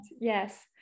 yes